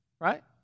right